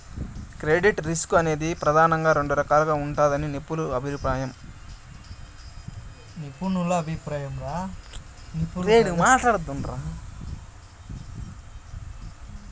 credit risk అనేది ప్రెదానంగా రెండు రకాలుగా ఉంటదని నిపుణుల అభిప్రాయం